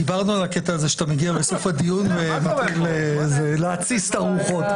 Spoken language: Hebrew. דיברנו על הקטע הזה שאתה מגיע בסוף הדיון ומתחיל להתסיס את הרוחות.